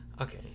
Okay